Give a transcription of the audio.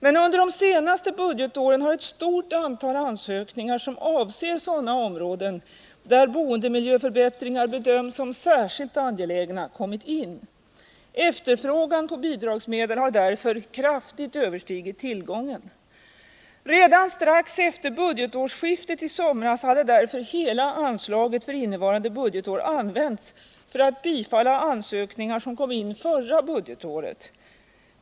Men under de senaste budgetåren har ett stort antal ansökningar som avser sådana områden, där boendemiljöförbättringar bedöms som särskilt angelägna, kommit in. Efterfrågan på bidragsmedel har därför kraftigt överstigit tillgången. Redan strax efter budgetårsskiftet i somras hade därför hela anslaget för innevarande budgetår använts för att bifalla ansökningar som kom in förra budgetåret.